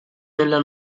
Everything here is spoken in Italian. nella